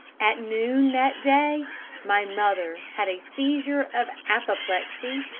at noon that day my mother had a seizure of apoplexy,